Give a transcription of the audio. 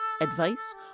advice